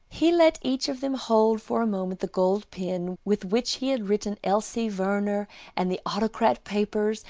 he let each of them hold for a moment the gold pen with which he had written elsie venner and the autocrat papers,